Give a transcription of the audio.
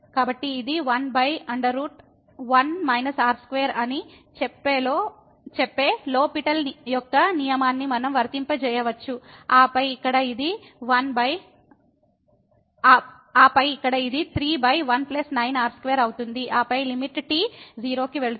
కనుక ఇది 11 t2 అని చెప్పే లో పిటెల్ LHospital యొక్క నియమాన్ని మనం వర్తింపజేయవచ్చు ఆపై ఇక్కడ ఇది 319t2అవుతుంది ఆపై లిమిట్ t 0 కి వెళుతుంది